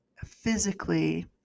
physically